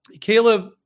Caleb